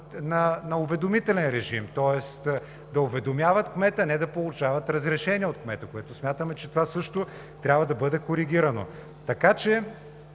на уведомителен режим, тоест да уведомяват кмета, а не да получават разрешение от кмета, което смятаме, че също трябва да бъде коригирано.